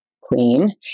queen